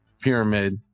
pyramid